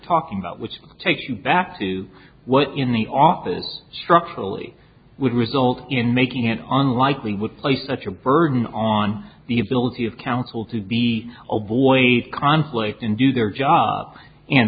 talking about which takes you back to what in the office structurally would result in making it unlikely would place such a burden on the ability of counsel to be o'boy conflict and do their job and